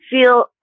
feel